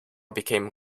became